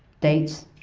dates,